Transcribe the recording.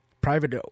private